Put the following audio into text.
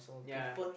ya